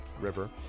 River